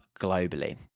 globally